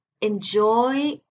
enjoy